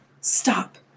Stop